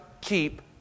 keep